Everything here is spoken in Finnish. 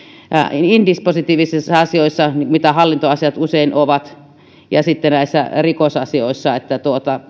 indispositiivisissa asioissa mitä hallintoasiat usein ovat ja sitten näissä rikosasioissa